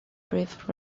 brief